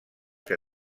que